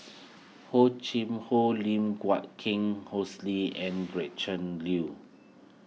Hor Chim Hor Lim Guat Kheng Hosie and Gretchen Liu